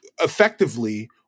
effectively